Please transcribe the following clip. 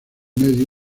medio